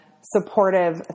supportive